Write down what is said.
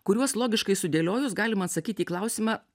kuriuos logiškai sudėliojus galima atsakyt į klausimą